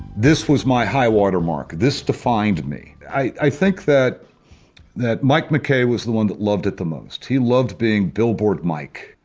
this was my high watermark, this defined me. i think that that mike mckay was the one that loved it the most. he loved being billboard mike.